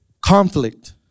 conflict